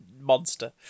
monster